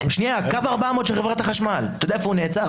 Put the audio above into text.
קו 400 של חברת החשמל, אתה יודע איפה הוא נעצר?